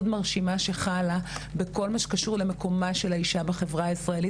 מרשימה שחלה בכל מה שקשור למקומה של האישה בחברה הישראלית,